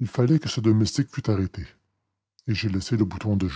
il fallait que ce domestique fût arrêté et j'ai laissé le bouton de